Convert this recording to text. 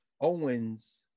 Owens